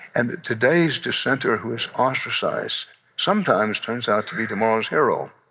and today's dissenter who is ostracized sometimes turns out to be tomorrow's hero.